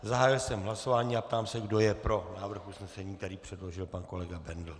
Zahájil jsem hlasování a ptám se, kdo je pro návrh usnesení, který předložil pan kolega Bendl.